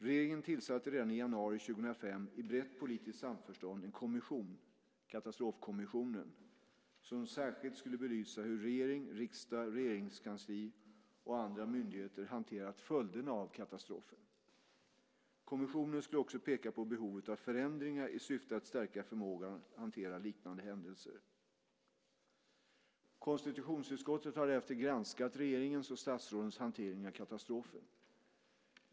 Regeringen tillsatte redan i januari 2005 i brett politiskt samförstånd en kommission - Katastrofkommissionen - som särskilt skulle belysa hur regering, riksdag, regeringskansli och andra myndigheter hanterat följderna av katastrofen. Kommissionen skulle också peka på behovet av förändringar i syfte att stärka förmågan att hantera liknande händelser. Konstitutionsutskottet har därefter granskat regeringens och statsrådens hantering av katastrofen.